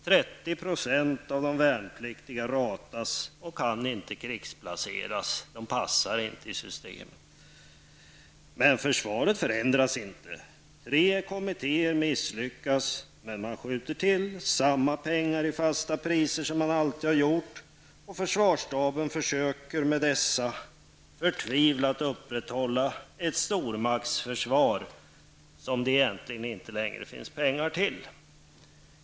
30 % av de värnpliktiga ratas och kan inte krigsplaceras. De passar inte in i systemet osv. Men försvaret förändras inte. Tre försvarskommittéer misslyckas. Men man skjuter till samma pengar, i fasta priser, som man alltid har gjort. Försvarsstaben försöker med dessa medel förtvivlat upprätthålla ett stormaktsförsvar som det egentligen inte längre finns några pengar till.